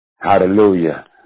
Hallelujah